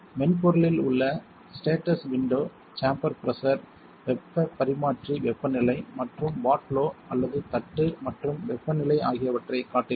மென்பொருளில் உள்ள status window chamber pressure வெப்பப் பரிமாற்றி வெப்பநிலை மற்றும் வாட் லோ அல்லது தட்டு மற்றும் வெப்பநிலை ஆகியவற்றைக் காட்டுகிறது